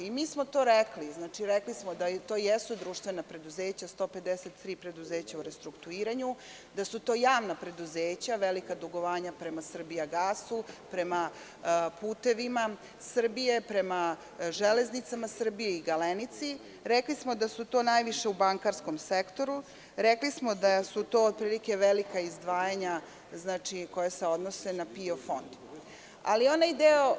Mi smo to rekli, znači, rekli smo da to jesu društvena preduzeća, 153 preduzeća u restrukturiranju, da su to javna preduzeća, velika dugovanja prema „Srbijagasu“, prema „Putevima Srbije“, prema „Železnica Srbije“ i „Galenici“, rekli smo da su to najviše u bankarskom sektoru, rekli smo da su to otprilike velika izdvajanja koja se odnose na PIO fond.